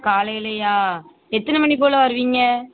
காலையிலையா எத்தனை மணி போல் வருவீங்க